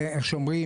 וכמו שאומרים,